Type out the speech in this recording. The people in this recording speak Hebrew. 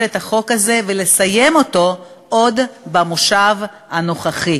את החוק הזה ולסיים אותו עוד במושב הנוכחי,